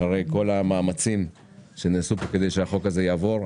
אחרי כל המאמצים שנעשו פה כדי שהחוק הזה יעבור.